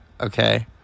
okay